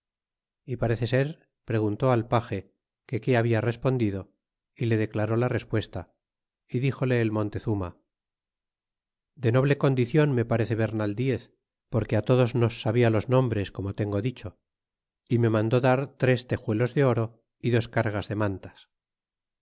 y parece ser preguntó al page que qué habla respondido y le declaró la respuesta y dixole el montezuma de noble condicion me parece bernal diez porque á todos nos sabia los nombres como tengo dicho é me mandó dar tres tejuelos de oro é dos cargas de mantas